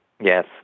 Yes